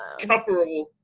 couple